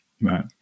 right